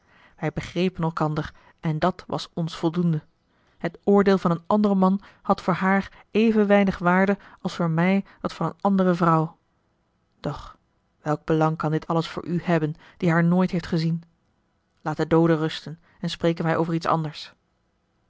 wij begrepen elkander en dat was ons voldoende het oordeel van een anderen man had voor haar even weinig waarde als voor mij dat van een andere vrouw doch welk belang kan dit alles voor u hebben die haar nooit heeft gezien laat de dooden rusten en spreken wij over iets anders